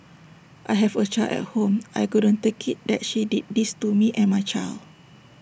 I have A child at home I couldn't take IT that she did this to me and my child